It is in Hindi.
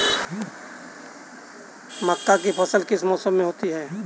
मक्का की फसल किस मौसम में होती है?